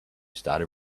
started